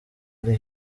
ari